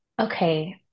okay